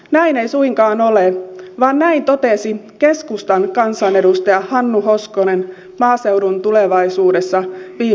näin ei suinkaan ole vaan näin totesi keskustan kansanedustaja hannu hoskonen maaseudun tulevaisuudessa viime kuussa